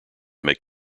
make